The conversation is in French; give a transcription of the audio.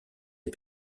est